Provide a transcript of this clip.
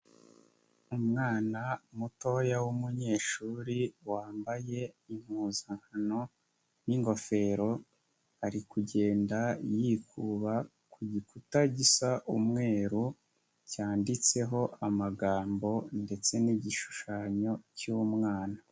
Umwana mutoya w'umunyeshuri wambaye impuzankano n'ingofero, ari kugenda yikuba ku gikuta gisa umweru cyanditseho amagambo ndetse n'igishushanyo cy'umwana.